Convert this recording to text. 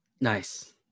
nice